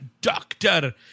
doctor